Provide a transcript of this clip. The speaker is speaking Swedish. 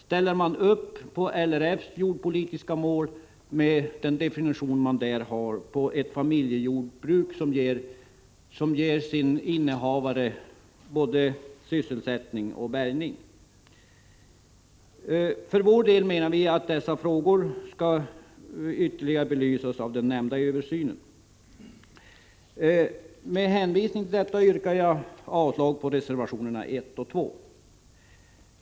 Ställer man upp på LRF:s jordbrukspolitiska mål, med den definition man där har på ett familjejordbruk — ett jordbruk som ger sin innehavare både sysselsättning och bärgning? Vi menar för vår del att dessa frågor skall ytterligare belysas av den nämnda översynen. Med hänvisning till detta yrkar jag avslag på reservationerna 1 och 2.